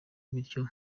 bityo